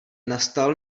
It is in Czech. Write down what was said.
nastal